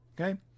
okay